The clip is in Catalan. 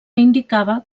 indicava